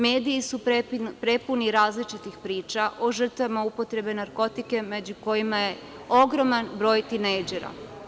Mediji su prepuni različitih priča o žrtvama upotrebe narkotika, među kojima je ogroman broj tinejdžera.